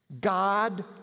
God